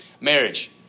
Marriage